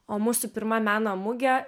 o mūsų pirma meno mugė